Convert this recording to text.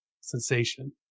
sensation